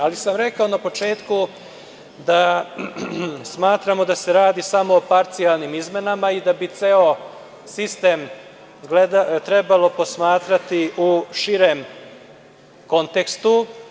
Ali, rekao sam na početku da smatramo da se radi samo o parcijalnim izmenama i da bi ceo sistem trebalo posmatrati u širem kontekstu.